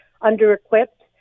under-equipped